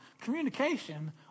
Communication